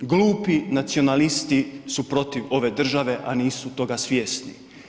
Glupi nacionalisti su protiv ove države a nisu toga svjesni.